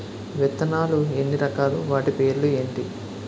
విత్తనాలు ఎన్ని రకాలు, వాటి పేర్లు ఏంటి?